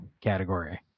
category